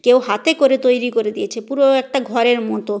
কেউ হাতে করে তৈরি করে দিয়েছে পুরো একটা ঘরের মতো